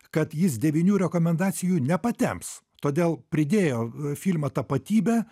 kad jis devynių rekomendacijų nepatemps todėl pridėjo filmą tapatybę